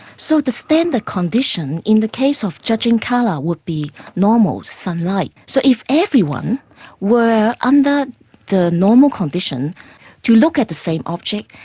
so the standard condition in the case of judging colour would be normal sunlight. so if everyone were um under the normal condition to look at the same object,